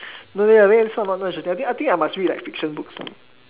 no leh this type I really not interested I think I must read like fiction books